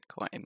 bitcoin